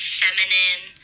feminine